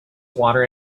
water